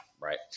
Right